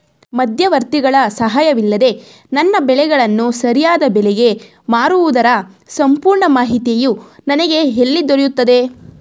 ಮಧ್ಯವರ್ತಿಗಳ ಸಹಾಯವಿಲ್ಲದೆ ನನ್ನ ಬೆಳೆಗಳನ್ನು ಸರಿಯಾದ ಬೆಲೆಗೆ ಮಾರುವುದರ ಸಂಪೂರ್ಣ ಮಾಹಿತಿಯು ನನಗೆ ಎಲ್ಲಿ ದೊರೆಯುತ್ತದೆ?